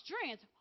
strength